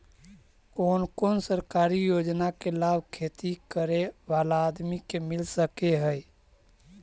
कोन कोन सरकारी योजना के लाभ खेती करे बाला आदमी के मिल सके हे?